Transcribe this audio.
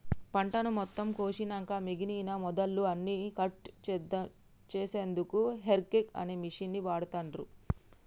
పంటను మొత్తం కోషినంక మిగినన మొదళ్ళు అన్నికట్ చేశెన్దుకు హేరేక్ అనే మిషిన్ని వాడుతాన్రు